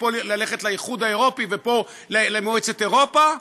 פה ללכת לאיחוד האירופי ופה למועצת אירופה,